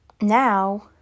now